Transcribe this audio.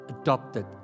adopted